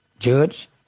judge